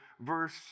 verse